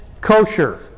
kosher